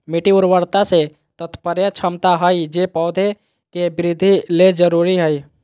मिट्टी उर्वरता से तात्पर्य क्षमता हइ जे पौधे के वृद्धि ले जरुरी हइ